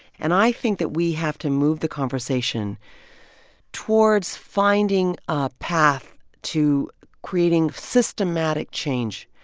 and i think that we have to move the conversation towards finding a path to creating systematic change.